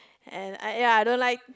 and I ya I don't like